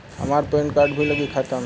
हमार PAN card भी लगी खाता में?